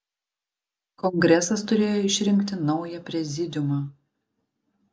kongresas turėjo išrinkti naują prezidiumą